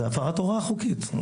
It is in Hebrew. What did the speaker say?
זו הפרת הוראה חוקית.